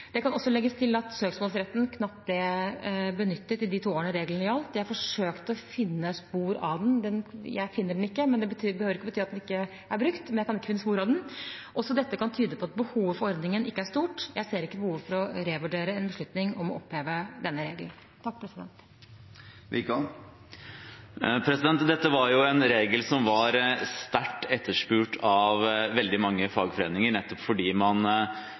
Det kan også legges til at søksmålsretten knapt ble benyttet i de to årene reglene gjaldt. Jeg forsøkte å finne spor av den. Jeg finner den ikke – det behøver ikke bety at den ikke er brukt, men jeg kan ikke finne spor av den. Også dette kan tyde på at behovet for ordningen ikke er stort. Jeg ser ikke behov for å revurdere beslutningen om å oppheve denne regelen. Dette var jo en regel som var sterkt etterspurt av veldig mange fagforeninger, nettopp fordi man